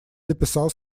дописал